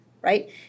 Right